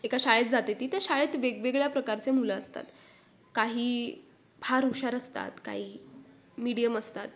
एका शाळेत जाते ती त्या शाळेत वेगवेगळ्या प्रकारचे मुलं असतात काही फार हुशार असतात काही मिडीयम असतात